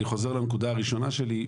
אני חוזר לנקודה הראשונה שלי,